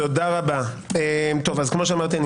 כמו שאמרתי,